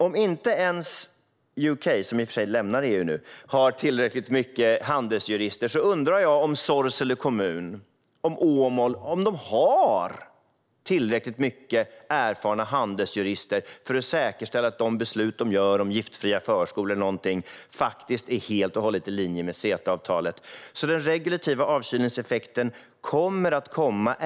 Om inte ens UK - som i och för sig lämnar EU nu - har tillräckligt många handelsjurister, undrar jag om Sorsele kommun eller Åmål har tillräckligt många erfarna handelsjurister för att säkerställa att de beslut som de tar om giftfria förskolor och så vidare faktiskt är helt och hållet i linje med CETA-avtalet. Den regulativa avkylningseffekten kommer alltså att komma.